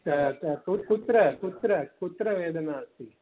त कु कुत्र कुत्र कुत्र वेदना अस्ति